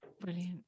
brilliant